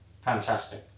Fantastic